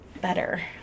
better